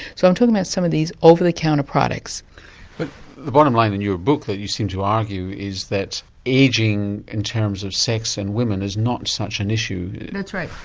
so i'm talking about some of these over-the-counter products. but the bottom line in your book that you seem to argue, is that ageing in terms of sex in and women, is not such an issue. that's right.